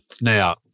now